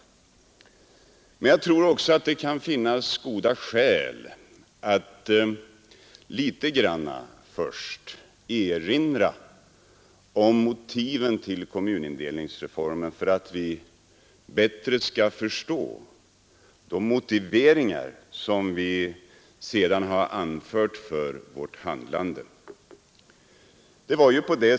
Men jag tror också att det kan finnas goda skäl att först erinra litet om motiven till kommunindelningsreformen för att man bättre skall förstå de motiveringar som vi sedan har anfört för vårt handlande.